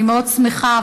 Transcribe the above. אני מאוד שמחה,